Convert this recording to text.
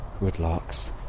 woodlarks